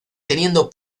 teniendo